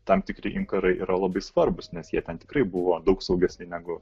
tam tikri inkarai yra labai svarbūs nes jie ten tikrai buvo daug saugesni negu